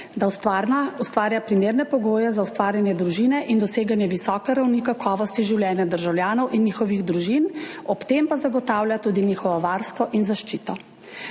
da ustvarja primerne pogoje za ustvarjanje družine in doseganje visoke ravni kakovosti življenja državljanov in njihovih družin, ob tem pa zagotavlja tudi njihovo varstvo in zaščito.